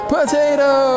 Potato